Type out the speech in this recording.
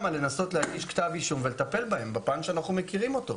לנסות להגיש כתב אישום ולטפל בהם בפן שאנחנו מכירים אותו,